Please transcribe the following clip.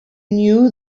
knew